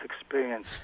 experience